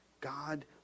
God